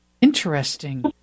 Interesting